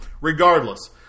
Regardless